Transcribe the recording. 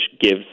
gives